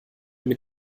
mit